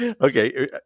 Okay